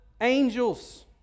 angels